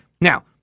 Now